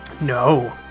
No